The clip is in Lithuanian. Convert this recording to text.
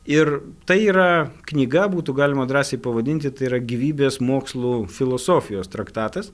ir tai yra knyga būtų galima drąsiai pavadinti tai yra gyvybės mokslų filosofijos traktatas